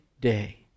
day